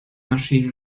maschinen